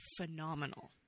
phenomenal